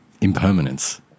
impermanence